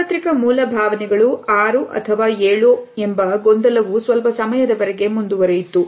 ಸಾರ್ವತ್ರಿಕ ಮೂಲ ಭಾವನೆಗಳು ಆರು ಅಥವಾ ಏಳು ಎಂಬ ಗೊಂದಲವೂ ಸ್ವಲ್ಪ ಸಮಯದವರೆಗೆ ಮುಂದುವರೆಯಿತು